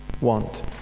want